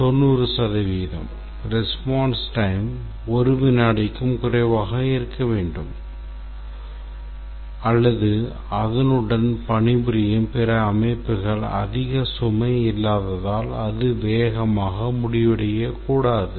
90 சதவிகிதம் response time ஒரு வினாடிக்கும் குறைவாக இருக்க வேண்டும் அல்லது அதனுடன் பணிபுரியும் பிற அமைப்புகள் அதிக சுமை இல்லாததால் அது வேகமாக முடிவடையக்கூடாது